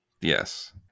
Yes